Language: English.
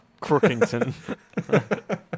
Crookington